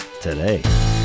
today